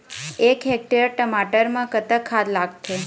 एक हेक्टेयर टमाटर म कतक खाद लागथे?